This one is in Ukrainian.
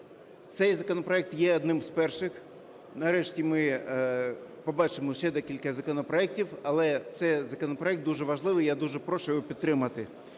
Цей законопроект є одним з перших. Нарешті ми побачимо ще декілька законопроектів, але цей законопроект дуже важливий, я дуже прошу його підтримати.